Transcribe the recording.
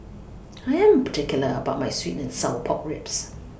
I Am particular about My Sweet and Sour Pork Ribs